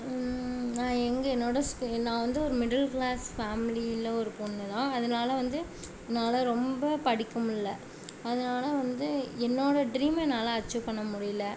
நான் எங்கள் என்னோட ஸ்க் நான் வந்து ஒரு மிடில் க்ளாஸ் ஃபேம்லியில் ஒரு பொண்ணு தான் அதனால வந்து என்னால் ரொம்ப படிக்க முடில்ல அதனால வந்து என்னோட ட்ரீமை என்னால் அச்சீவ் பண்ண முடியல